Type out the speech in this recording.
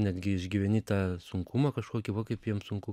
netgi išgyveni tą sunkumą kažkokį va kaip jiem sunku